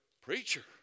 Preacher